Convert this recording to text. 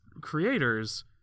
creators